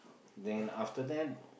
then after that